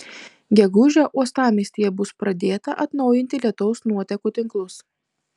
gegužę uostamiestyje bus pradėta atnaujinti lietaus nuotekų tinklus